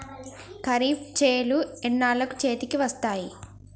ఖరీఫ్ చేలు ఎన్నాళ్ళకు చేతికి వస్తాయి?